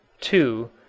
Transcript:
two